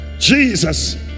Jesus